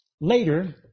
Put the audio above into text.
later